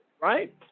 right